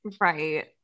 Right